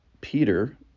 Peter